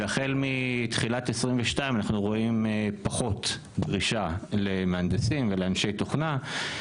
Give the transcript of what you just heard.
והחל מתחילת 2022 אנחנו רואים פחות דרישה למהנדסים ולאנשי תוכנה.